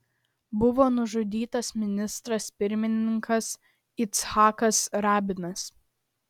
buvo nužudytas ministras pirmininkas icchakas rabinas